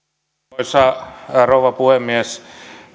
arvoisa rouva puhemies